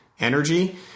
energy